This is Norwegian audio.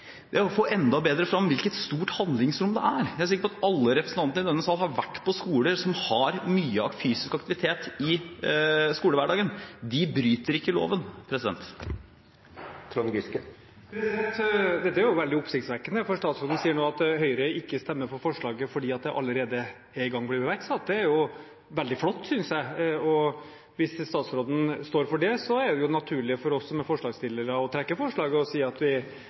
er å få enda bedre frem hvilket stort handlingsrom det er. Jeg er sikker på at alle representantene i denne salen har vært på skoler som har mye fysisk aktivitet i skolehverdagen. De bryter ikke loven. Dette er veldig oppsiktsvekkende, for statsråden sier nå at Høyre ikke stemmer for forslaget fordi dette allerede er i gang og iverksatt. Det er veldig flott, synes jeg. Hvis statsråden står for det, er det naturlig for oss som er forslagsstillere, å trekke forslaget og si at